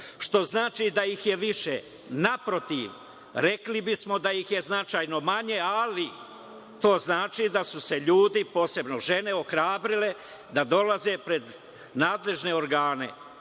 što znači da ih je više. Naprotiv, rekli bismo da ih je značajno manje, ali to znači da su se ljudi, posebno žene ohrabrile da dolaze pred nadležne organe.